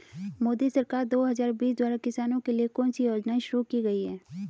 मोदी सरकार दो हज़ार बीस द्वारा किसानों के लिए कौन सी योजनाएं शुरू की गई हैं?